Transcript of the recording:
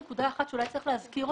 זה נראה לי לא הגיוני.